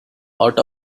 out